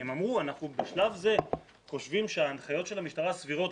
הם אמרו: אנחנו בשלב זה חושבים שההנחיות של המשטרה סבירות,